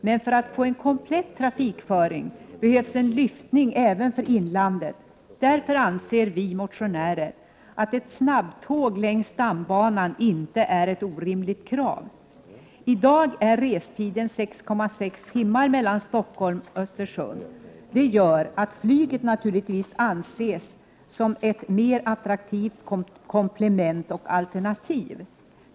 Men för att få en komplett trafikföring behövs det en lyftning även för inlandet. Därför anser vi motionärer att ett snabbtåg på stambanan inte är ett orimligt krav. I dag är restiden 6,6 timmar på sträckan Stockholm-Östersund, vilket gör att flyget naturligtvis anses vara ett mer attraktivt komplement och alternativ.